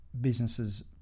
businesses